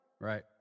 Right